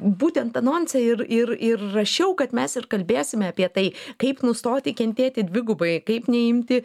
būtent anonse ir ir ir rašiau kad mes ir kalbėsime apie tai kaip nustoti kentėti dvigubai kaip neimti